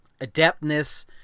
adeptness